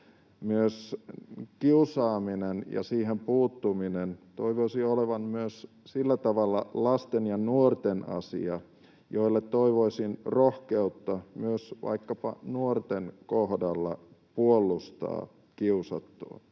Myös kiusaamisen ja siihen puuttumisen toivoisi olevan myös sillä tavalla lasten ja nuorten asia, että heille toivoisin rohkeutta myös vaikkapa nuorten kohdalla puolustaa kiusattua.